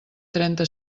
trenta